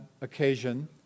occasion